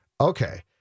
okay